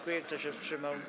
Kto się wstrzymał?